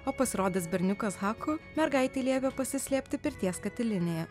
o pasirodęs berniukas haku mergaitei liepė pasislėpti pirties katilinėje